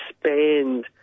expand